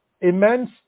immense